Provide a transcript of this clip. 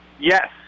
Yes